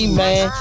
man